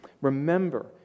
Remember